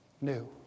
new